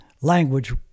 language